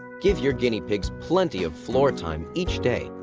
give your guinea pigs plenty of floor time each day.